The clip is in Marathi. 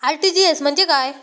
आर.टी.जी.एस म्हणजे काय?